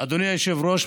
אדוני היושב-ראש,